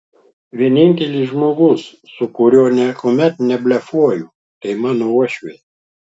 vienintelis žmogus su kuriuo niekuomet neblefuoju tai mano uošvė